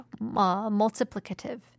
multiplicative